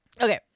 Okay